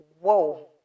whoa